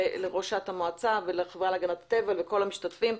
ולראשת המועצה ולחברה להגנת הטבע ולכל המשתתפים,